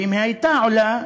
ואם היא הייתה עולה,